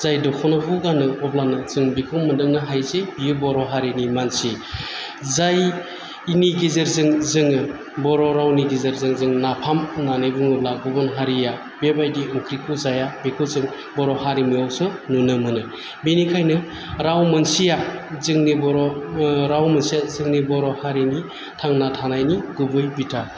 जाय दख'नाखौ गानो अब्लानाे जों बेखौ मोनदांनो हायो जि बियो बर' हारिनि मानसि जायनि गेजेरजों जोङो बर' रावनि गेजेरजों जोङो नाफाम होननानै बुङोब्ला गुबुन हारिया बेबायदि ओंख्रिखौ जाया बेखौ जों बर' हारिमुवावसो नुनो मोनो बिनिखायनो राव मोनसेया जोंनि बर' राव मोनसे जोंनि बर' हारिनि थांना थानायनि गुबै बिथा